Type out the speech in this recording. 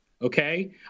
Okay